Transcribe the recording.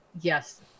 yes